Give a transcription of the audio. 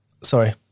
sorry